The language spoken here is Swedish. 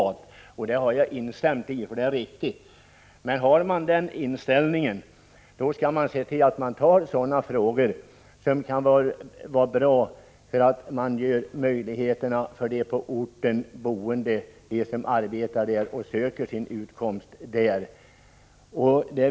Det resonemanget har jag instämt i, för det är riktigt. Men har man den inställningen, skall man också se till att man tar itu med sådant som kan öka möjligheterna för de människor som bor på en ort och som arbetar och söker sin utkomst där.